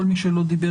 כל מי שלא דיבר,